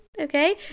Okay